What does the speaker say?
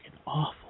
awful